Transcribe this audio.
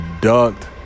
ducked